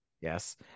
Yes